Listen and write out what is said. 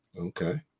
Okay